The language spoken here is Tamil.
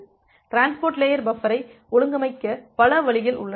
டிரான்ஸ்போர்ட் லேயர் பஃபரை ஒழுங்கமைக்க பல வழிகள் உள்ளன